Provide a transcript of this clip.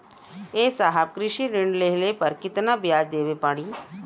ए साहब कृषि ऋण लेहले पर कितना ब्याज देवे पणी?